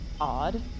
odd